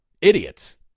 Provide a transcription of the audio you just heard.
Idiots